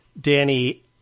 Danny